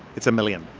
it's a million.